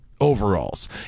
overalls